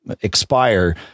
expire